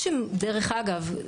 דרך אגב,